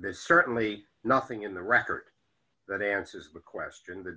there's certainly nothing in the record that answers the question the